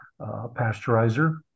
pasteurizer